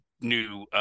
new